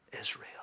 Israel